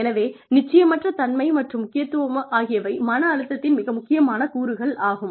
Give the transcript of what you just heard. எனவே நிச்சயமற்ற தன்மை மற்றும் முக்கியத்துவம் ஆகியவை மன அழுத்தத்தின் மிக முக்கியமான கூறுகள் ஆகும்